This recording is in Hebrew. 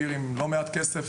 עיר עם לא מעט כסף.